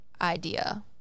idea